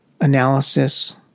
analysis